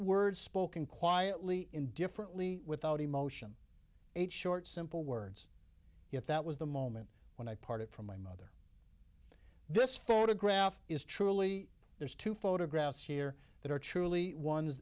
words spoken quietly indifferently without emotion eight short simple words yet that was the moment when i parted from my mother this photograph is truly there's two photographs here that are truly ones